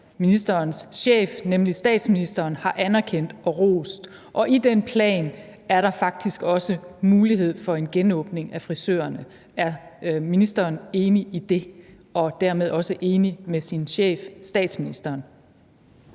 ministerens chef, statsministeren, har anerkendt og rost. Og i den plan er der faktisk også mulighed for en genåbning af frisørerne. Er ministeren enig i det og dermed også enig med sin chef, statsministeren?